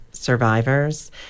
Survivors